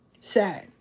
Sad